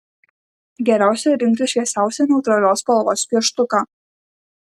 geriausia rinktis šviesiausią neutralios spalvos pieštuką